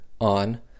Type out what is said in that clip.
on